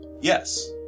Yes